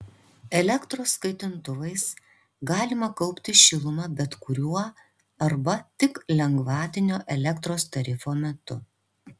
elektros kaitintuvais galima kaupti šilumą bet kuriuo arba tik lengvatinio elektros tarifo metu